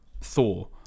Thor